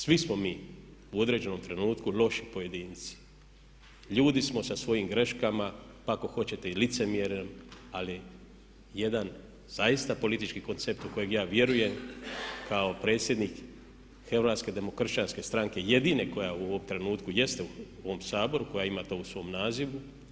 Svi smo mi u određenom trenutku loši pojedinci, ljudi smo sa svojim greškama, ako hoćete i licemjerjem ali jedan zaista politički koncept u kojeg ja vjerujem kao predsjednik Hrvatske demokršćanske stranke jedine koja u ovom trenutku jeste u ovom Saboru, koja ima to u svom nazivu.